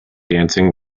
dancing